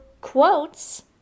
quotes